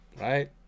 right